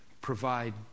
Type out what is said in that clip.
provide